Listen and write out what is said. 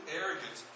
arrogant